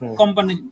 company